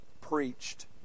preached